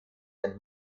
and